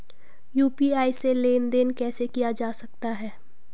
UPI से लेनदेन कैसे किया जा सकता है?